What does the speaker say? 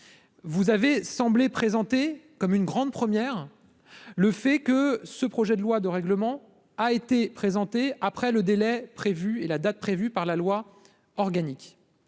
vous avez semblé présentée comme une grande première, le fait que ce projet de loi de règlement a été présenté, après le délai prévu et la date prévue par la loi organique,